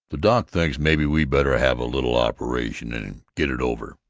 the doc thinks maybe we better have a little operation and get it over.